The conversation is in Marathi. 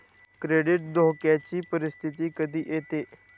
क्रेडिट धोक्याची परिस्थिती कधी येते